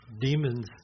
demons